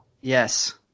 Yes